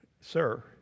Sir